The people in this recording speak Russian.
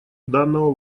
данного